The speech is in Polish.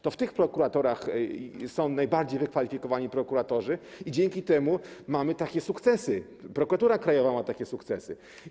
To w tych prokuraturach są najbardziej wykwalifikowani prokuratorzy, dzięki czemu mamy takie sukcesy, Prokuratura Krajowa ma takie sukcesy.